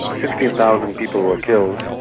sixteen thousand people were killed.